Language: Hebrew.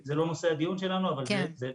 זה לא נושא הדיון שלנו -- כן.